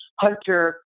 hunter